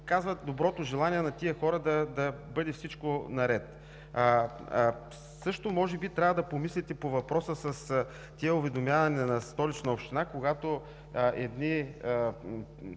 показва доброто желание на тези хора да бъде всичко наред. Също може би трябва да помислите по въпроса с уведомяванията на Столичната община, когато едни